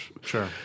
Sure